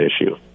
issue